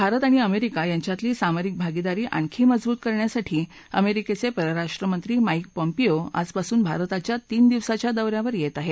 भारत आणि अमेरिका यांच्यातली सामरिक भागिदारी आणखी मजबूत करण्यासाठी अमेरिकेचे परराष्ट्र मंत्री माईक पॉम्पीयो आजपासून भारताच्या तीन दिवसाच्या दौ यावर येत आहेत